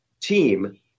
team